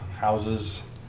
Houses